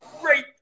great